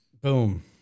Boom